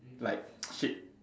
like shit